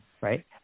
right